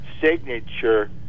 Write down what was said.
signature